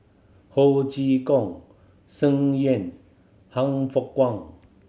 Ho Chee Kong Tsung Yeh Han Fook Kwang